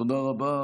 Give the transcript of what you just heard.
תודה רבה.